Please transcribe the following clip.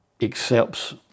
accepts